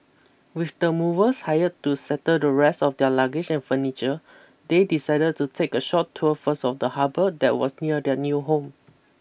with the movers hired to settle the rest of their luggage and furniture they decided to take a short tour first of the harbour that was near their new home